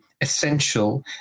essential